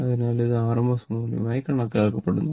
അതിനാൽ ഇത് rms മൂല്യമായി കണക്കാക്കപ്പെടുന്നു